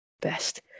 best